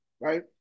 Right